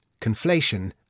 Conflation